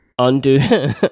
Undo